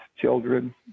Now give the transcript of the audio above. children